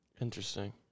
Interesting